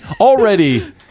Already